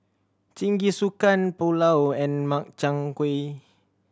Jingisukan Pulao and Makchang Gui